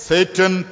Satan